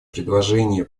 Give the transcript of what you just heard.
предложения